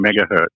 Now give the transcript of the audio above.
megahertz